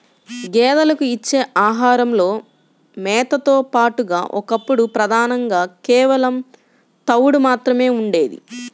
గేదెలకు ఇచ్చే ఆహారంలో మేతతో పాటుగా ఒకప్పుడు ప్రధానంగా కేవలం తవుడు మాత్రమే ఉండేది